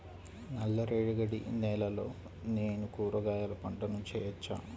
నల్ల రేగడి నేలలో నేను కూరగాయల పంటను వేయచ్చా?